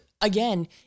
again